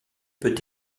peut